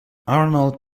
arnold